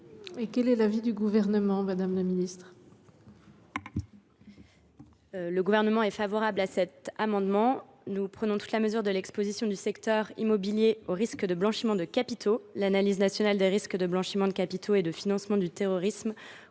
Quel est l’avis du Gouvernement ? Le Gouvernement est favorable à cet amendement. Nous prenons toute la mesure de l’exposition du secteur immobilier au risque de blanchiment de capitaux. L’analyse nationale des risques de blanchiment de capitaux et de financement du terrorisme